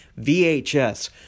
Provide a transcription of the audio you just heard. VHS